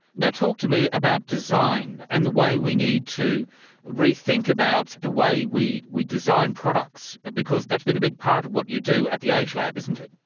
now talk to me about design, and the way we need to re-think about the way we we design products, because that's been a big part of what you do at the agelab, isn't it?